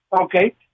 okay